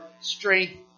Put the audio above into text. strength